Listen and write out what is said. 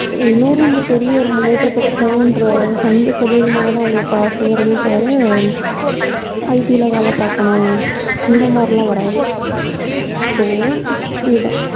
இன்னும் ரொம்ப பெரிய ஒரு முன்னேற்றத்துக்கு போகணுன்ற அந்த தொழில் மேலேதான் உங்களுக்கு ஆசை வருமே தவிர ஐடியில் வேலை பார்க்கணும் இந்த மாதிரிலாம் வராது ஸோ இதுதான்